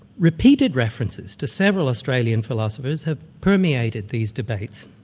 repeated references to several australian philosophers have permeated these debates,